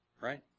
Right